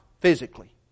physically